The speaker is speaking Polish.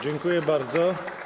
Dziękuję bardzo.